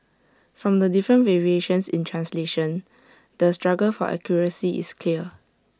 from the different variations in translation the struggle for accuracy is clear